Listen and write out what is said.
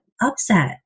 upset